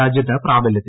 രാജ്യത്ത് പ്രാബലൃത്തിൽ